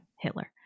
hitler